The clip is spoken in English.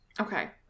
okay